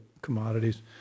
commodities